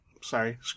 Sorry